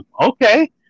okay